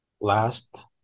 Last